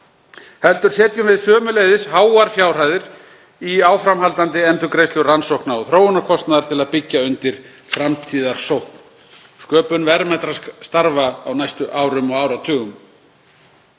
heldur setjum við sömuleiðis háar fjárhæðir í áframhaldandi endurgreiðslur rannsókna- og þróunarkostnaðar til að byggja undir framtíðarsókn, sköpun verðmætra starfa á næstu árum og áratugum.